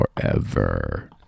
Forever